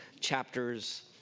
chapters